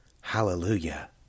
Hallelujah